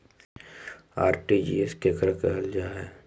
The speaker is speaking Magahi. आर.टी.जी.एस केकरा कहल जा है?